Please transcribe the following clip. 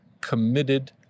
committed